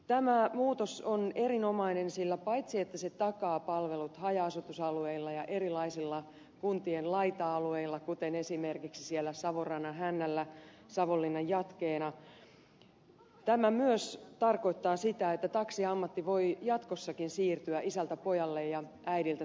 tämä muutos on erinomainen sillä paitsi että se takaa palvelut haja asutusalueilla ja erilaisilla kuntien laita alueilla kuten esimerkiksi siellä savonrannan hännällä savonlinnan jatkeena tämä myös tarkoittaa sitä että taksiammatti voi jatkossakin siirtyä isältä pojalle ja äidiltä tyttärelle